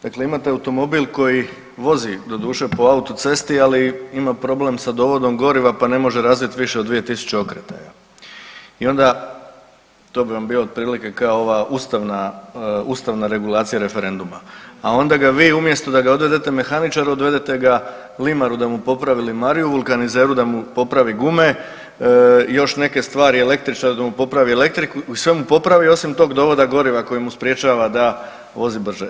Dakle, imate automobil koji vozi doduše po autocesti, ali ima problem sa dovodom goriva, pa ne može razvit više od 2000 okretaja i onda to bi vam bilo otprilike kao ova ustavna, ustavna regulacija referenduma, a onda ga vi umjesto da ga odvedete mehaničaru, odvedete ga limaru da mu popravi limariju, vulkanizeru da mu popravi gume i još neke stvari, električar da mu popravi elektriku, sve mu popravi osim tog dovoda goriva koji mu sprječava da vozi brže.